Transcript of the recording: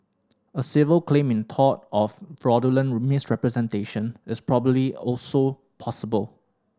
a civil claim in tort of fraudulent misrepresentation is probably also possible